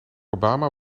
obama